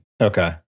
Okay